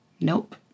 nope